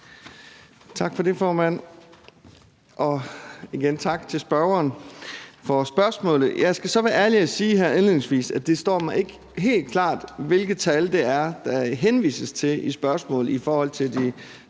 Tak for det, formand. Og igen tak til spørgeren for spørgsmålet. Jeg skal så være ærlig og sige her indledningsvis, at det ikke står mig helt klart, hvilket tal det er, der henvises til i spørgsmålet i forhold til de